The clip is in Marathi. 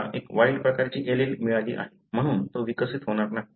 त्याला एक वाइल्ड प्रकारची एलील मिळाली आहे म्हणून तो विकसित होणार नाही